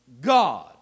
God